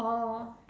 oh